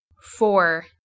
four